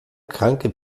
kranke